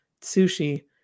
sushi